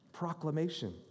proclamation